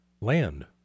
land